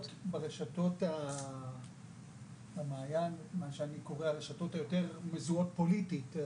ברשתות המעיין מה שאני קורא הרשתות היותר מזוהות פוליטית,